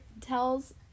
tells